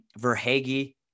Verhage